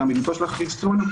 באמינותו של החיסון.